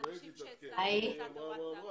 נציגת משרד החינוך, בבקשה.